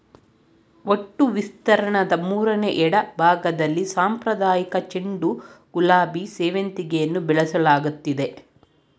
ಒಟ್ಟು ವಿಸ್ತೀರ್ಣದ ಮೂರನೆ ಎರಡ್ಭಾಗ್ದಲ್ಲಿ ಸಾಂಪ್ರದಾಯಿಕ ಚೆಂಡು ಗುಲಾಬಿ ಸೇವಂತಿಗೆಯನ್ನು ಬೆಳೆಸಲಾಗ್ತಿದೆ